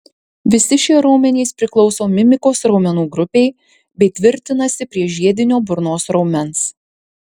visi šie raumenys priklauso mimikos raumenų grupei bei tvirtinasi prie žiedinio burnos raumens